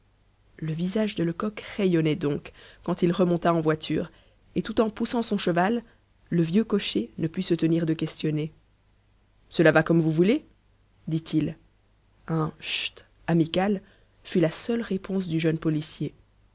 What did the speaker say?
le visage de lecoq rayonnait donc quand il remonta en voiture et tout en poussant son cheval le vieux cocher ne put se tenir de questionner cela va comme vous voulez dit-il un chut amical fut la seule réponse du jeune policier